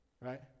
Right